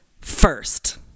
first